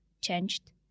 changed